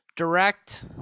direct